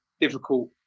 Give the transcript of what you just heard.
difficult